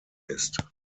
ist